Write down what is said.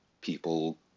people